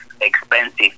expensive